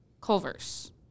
Culver's